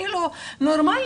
הנורמלי,